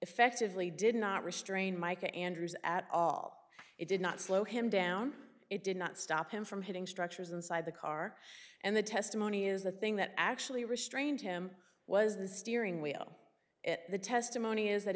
effectively did not restrain mike andrews at all it did not slow him down it did not stop him from hitting structures inside the car and the testimony is the thing that actually restrained him was the steering wheel at the testimony is that